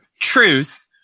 Truth